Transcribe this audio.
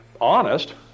honest